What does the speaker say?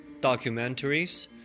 documentaries